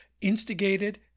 instigated